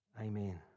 Amen